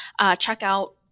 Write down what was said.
checkout